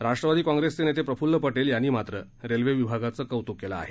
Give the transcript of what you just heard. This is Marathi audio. राष्ट्रवादी काँग्रेसचे नेते प्रफ्ल्ल पटेल यांनी मात्र रेल्वे विभागाचं कौतुक केलं आहे